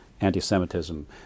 anti-Semitism